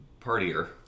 partier